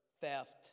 theft